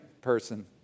person